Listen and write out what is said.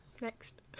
next